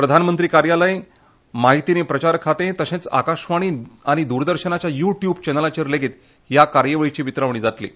प्रधानमंत्री मुख्यालय म्हायती आनी प्रचार खातें तशेंच आकाशवाणी आनी द्रदर्शनाच्या यू ट्युब चॅनलांचेर लेगीत हे कार्यावळीची वितरावणी जातली